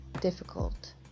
difficult